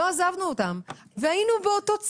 לא עזבנו אותם, והיינו באותו צד.